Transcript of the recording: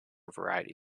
variety